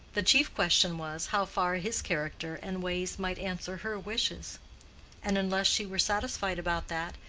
the chief question was, how far his character and ways might answer her wishes and unless she were satisfied about that,